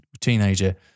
teenager